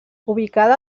ubicada